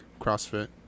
CrossFit